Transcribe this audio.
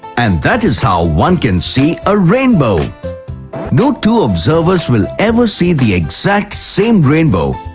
and that is how one can see a rainbow no two observers will ever see the exact same rainbow.